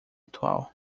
atual